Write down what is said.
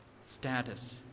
Status